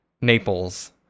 Naples